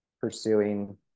pursuing